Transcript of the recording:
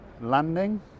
landing